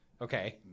Okay